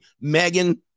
Megan